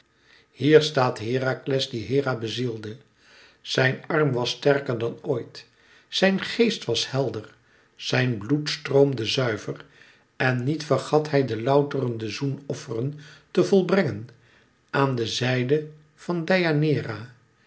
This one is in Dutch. hier staat herakles dien hera bezielde zijn arm was sterker dan ooit zijn geest was helder zijn bloed stroomde zuiver en niet vergat hij de louterende zoenofferen te volbrengen aan de zijde van